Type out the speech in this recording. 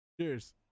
Cheers